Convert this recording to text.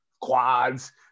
quads